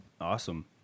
Awesome